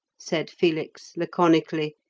said felix laconically,